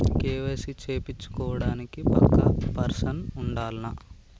KYC చేపిచ్చుకోవడానికి పక్కా person ఉండాల్నా?